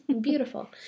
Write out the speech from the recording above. beautiful